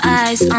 eyes